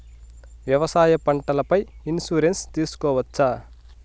వ్యవసాయ పంటల పై ఇన్సూరెన్సు తీసుకోవచ్చా?